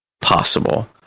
possible